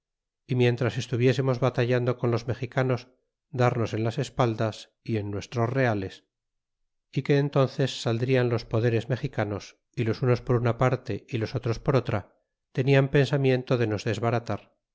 solo cuenta cortes lo sucedido en su real en los otros dos se hacia otro tanto que entnces saldrian los poderes mexicanos y los unos por una parte y los otros por otra tenian pensamiento de nos desbaratar